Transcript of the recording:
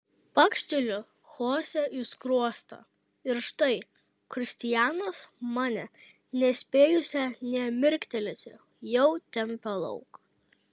pakšteliu chosė į skruostą ir štai kristianas mane nespėjusią nė mirktelėti jau tempia lauk